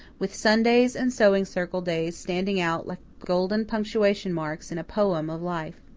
with sundays and sewing circle days standing out like golden punctuation marks in a poem of life.